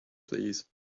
please